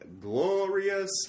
glorious